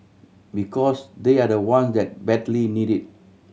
because they are the one that badly need it